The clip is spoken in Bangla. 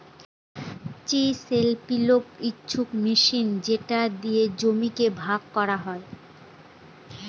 চিসেল পিলও হচ্ছে মেশিন যেটা দিয়ে জমিকে ভাগ করা হয়